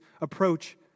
approach